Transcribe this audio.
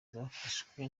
zafashwe